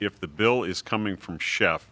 if the bill is coming from chef